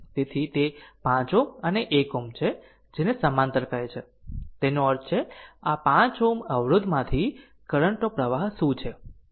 તેથી તે 5 Ω અને 1 Ω છે જેને સમાંતર કહે છે તેનો અર્થ છે આ 5 Ω અવરોધથી કરંટ નો પ્રવાહ શું છે